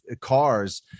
cars